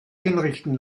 hinrichten